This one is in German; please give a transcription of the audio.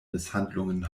misshandlungen